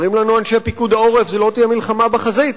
אומרים לנו אנשי פיקוד העורף: זו לא תהיה מלחמה בחזית,